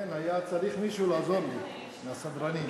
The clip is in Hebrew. כן, מישהו היה צריך לעזור לי, מהסדרנים.